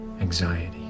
anxiety